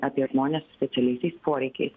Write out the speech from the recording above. apie žmones su specialiaisiais poreikiais